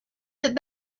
that